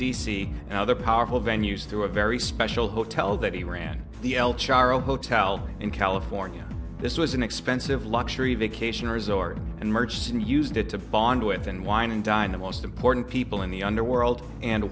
c and other powerful venues through a very special hotel that he ran the el charro hotel in california this was an expensive luxury vacation resort and murchison used it to bond with and wine and dine the most important people in the underworld and